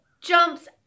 jumps